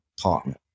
partner